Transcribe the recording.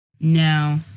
No